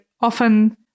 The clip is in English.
often